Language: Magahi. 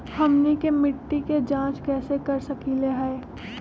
हमनी के मिट्टी के जाँच कैसे कर सकीले है?